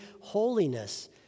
holiness